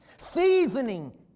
Seasoning